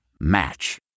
Match